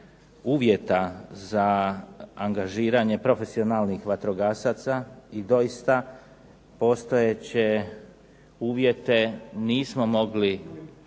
uvjeta za angažiranje profesionalnih vatrogasaca, i doista postojeće uvjete nismo mogli